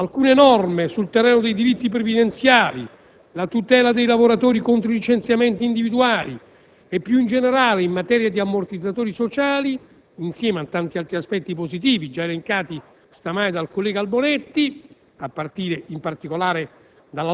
alcune norme sul terreno dei diritti previdenziali, della tutela dei lavoratori contro i licenziamenti individuali e, più in generale, in materia di ammortizzatori sociali. A questi aspetti si aggiungono alcuni altri elementi positivi, già elencati stamattina dal collega Albonetti, a partire dalla